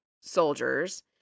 soldiers